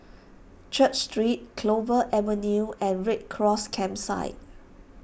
Church Street Clover Avenue and Red Cross Campsite